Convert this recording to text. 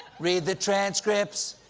read the transcripts.